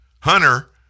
Hunter